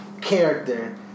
character